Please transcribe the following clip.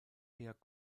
eher